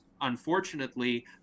unfortunately